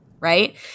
Right